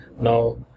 Now